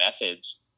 methods